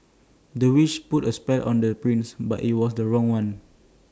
the witch put A spell on the prince but IT was the wrong one